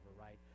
right